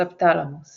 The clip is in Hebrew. הסבתלמוס